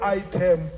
item